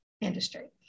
industry